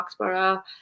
Foxborough